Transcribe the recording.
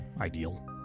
ideal